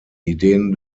ideen